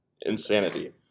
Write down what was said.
insanity